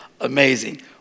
amazing